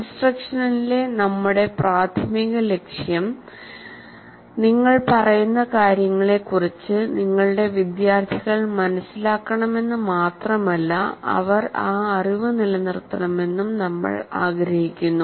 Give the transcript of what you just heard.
ഇൻസ്ട്രക്ഷനിലെ നമ്മുടെ പ്രാഥമിക ലക്ഷ്യം നിങ്ങൾ പറയുന്ന കാര്യങ്ങളെക്കുറിച്ച് നിങ്ങളുടെ വിദ്യാർത്ഥികൾ മനസ്സിലാക്കണമെന്ന് മാത്രമല്ല അവർ ആ അറിവ് നിലനിർത്തണമെന്നും നമ്മൾ ആഗ്രഹിക്കുന്നു